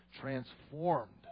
transformed